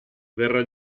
verrà